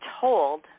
told